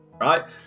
Right